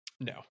No